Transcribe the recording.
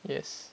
yes